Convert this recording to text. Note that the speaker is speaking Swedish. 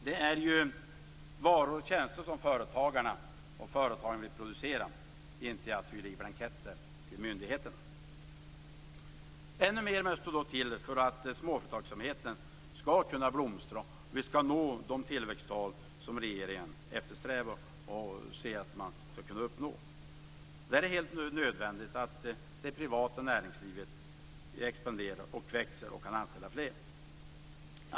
Det är varor och tjänster som företagarna vill producera, de vill inte fylla i blanketter till myndigheterna. Ännu mer måste dock till för att småföretagsamheten skall kunna blomstra och vi nå de tillväxttal som regeringen eftersträvar och säger att man skall kunna uppnå. Då är det helt nödvändigt att det privata näringslivet expanderar och kan anställa fler.